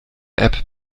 app